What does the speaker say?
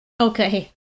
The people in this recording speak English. okay